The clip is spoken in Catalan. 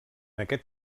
aquest